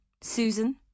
Susan